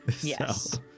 Yes